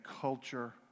culture